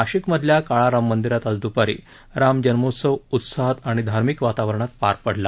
नाशिकमधल्या काळाराम मंदिरात आज द्दपारी राम जन्मोत्सव उत्साहात आणि धार्मिक वातावरणात पार पडला